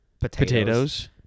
potatoes